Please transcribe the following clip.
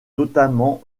notamment